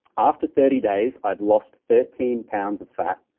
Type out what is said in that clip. after thirty days, i'd lost thirteen pounds of fat,